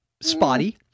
spotty